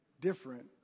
different